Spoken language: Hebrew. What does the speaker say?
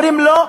אומרים: לא,